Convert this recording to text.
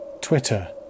Twitter